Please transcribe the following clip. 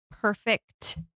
perfect